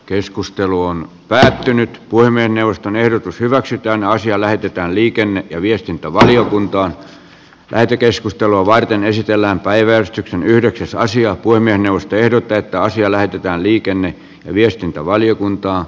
keskustelu on päättynyt puhemiesneuvoston ehdotus hyväksytään asia lähetetään liikenne ja viestintävaliokuntaan lähetekeskustelua varten esitellään päiväys yhdeksäs saisi apua minusta ehdot täyttää asia lähetetään liikenne ja eteenpäin